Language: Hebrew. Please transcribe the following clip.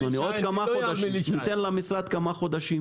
בעוד כמה חודשים ניתן למשרד כמה חודשים